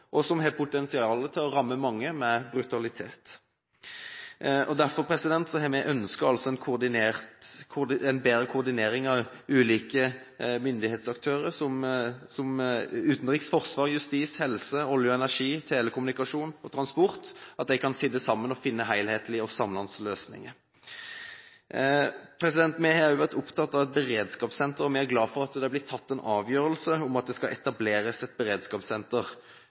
og som har potensial til å ramme mange med brutalitet. Derfor har vi ønsket en bedre koordinering av ulike myndighetsaktører – i sektorer som utenriks, forsvar, justis, helse, olje og energi, telekommunikasjon og transport – slik at de kan sitte sammen og finne helhetlige og samlende løsninger. Vi har også vært opptatt av og er glad for at det har blitt tatt en avgjørelse om at det skal etableres et beredskapssenter,